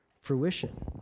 fruition